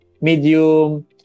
medium